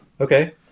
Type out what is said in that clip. okay